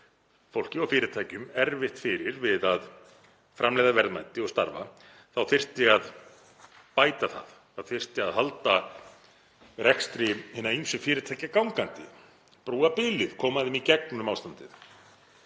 fólki og fyrirtækjum erfitt fyrir við að framleiða verðmæti og starfa þá þyrfti að bæta það, það þyrfti að halda rekstri hinna ýmsu fyrirtækja gangandi, brúa bilið, koma þeim í gegnum ástandið.